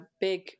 big